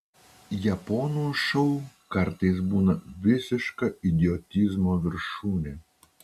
japonų šou kartais būna visiška idiotizmo viršūnė